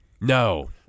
No